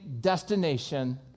destination